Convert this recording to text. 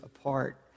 apart